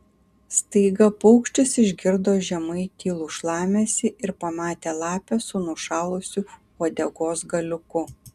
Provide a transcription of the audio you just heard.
staiga paukštis išgirdo žemai tylų šlamesį ir pamatė lapę su nušalusiu uodegos galiuku